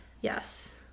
Yes